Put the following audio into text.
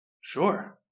sure